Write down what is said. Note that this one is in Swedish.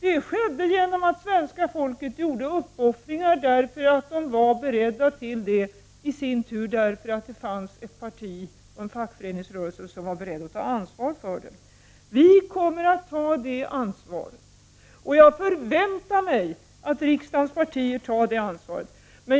Det skedde genom att svenska folket gjorde uppoffringar därför att de var beredda till det, i sin tur beroende på att det fanns ett parti och en fackföreningsrörelse som var beredd att ta ansvar för det. Vi kommer att ta det ansvaret. Jag förväntar mig också att riksdagens partier tar det ansvaret.